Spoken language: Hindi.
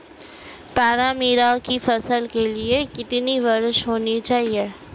तारामीरा की फसल के लिए कितनी वर्षा होनी चाहिए?